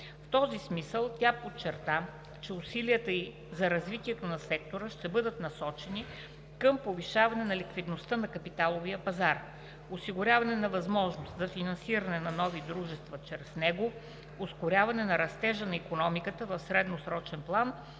В този смисъл тя подчерта, че усилията ѝ за развитието на сектора ще бъдат насочени към повишаване на ликвидността на капиталовия пазар, осигуряване на възможност за финансиране на нови дружества чрез него, ускоряване на растежа на икономиката в средносрочен план